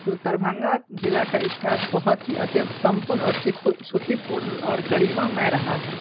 जो दरभंगा ज़िला का इतिहास बहुत ही अत्यंत संपन्न और सिखु सूखपूर्ण और गरिमामय रहा है